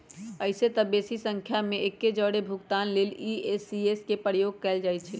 अइसेए तऽ बेशी संख्या में एके जौरे भुगतान लेल इ.सी.एस के प्रयोग कएल जाइ छइ